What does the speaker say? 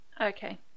okay